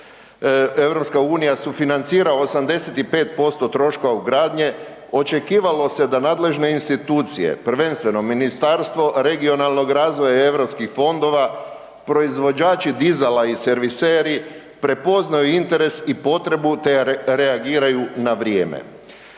EU, EU sufinancira 85% troškova ugradnje, očekivalo se da nadležne institucije, prvenstveno Ministarstvo regionalnog razvoja i europskih fondova, proizvođači dizala i serviseri prepoznaju interes i potrebu, te reagiraju na vrijeme.